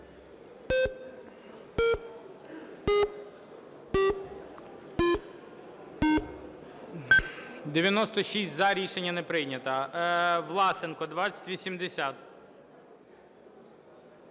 За-96 Рішення не прийнято. Власенко, 2080.